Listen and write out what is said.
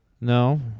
No